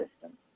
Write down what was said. system